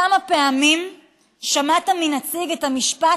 כמה פעמים שמעת מנציג את המשפט